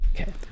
Okay